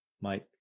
Mike